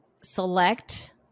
select